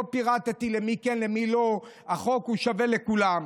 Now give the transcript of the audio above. לא פירטתי למי כן, למי לא, החוק שווה לכולם.